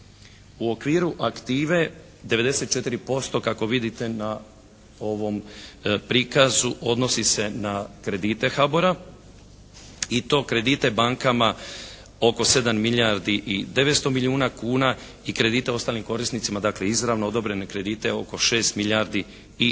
U okviru aktive 94% kako vidite na ovom prikazu odnosi se na kredite HBOR-a i to kredite bankama oko 7 milijardi i 900 milijuna kuna i kredite ostalim korisnicima dakle izravno odobrene kredite oko 6 milijardi i 200 milijuna